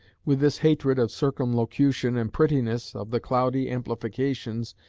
with this hatred of circumlocution and prettiness, of the cloudy amplifications,